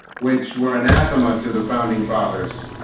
which were anathema to the founding fathers